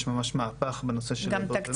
יש ממש מהפך בנושא של בריאות הנפש.